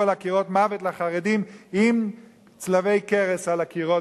על הקירות "מוות לחרדים" עם צלבי קרס על הקירות,